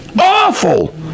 awful